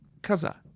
Kaza